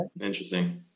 interesting